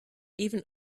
even